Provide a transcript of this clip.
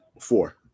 four